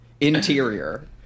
Interior